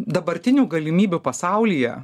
dabartinių galimybių pasaulyje